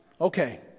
Okay